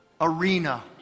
arena